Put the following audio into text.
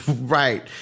Right